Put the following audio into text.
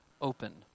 open